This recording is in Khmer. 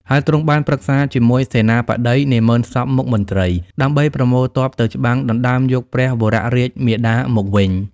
ហើយទ្រង់បានប្រឹក្សាជាមួយសេនាបតី នាម៉ឺនសព្វមុខមន្ត្រី ដើម្បីប្រមូលទ័ពទៅច្បាំងដណ្តើមយកព្រះវររាជមាតាមកវិញ។